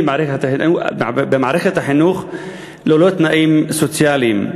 במערכת החינוך ללא תנאים סוציאליים.